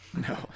No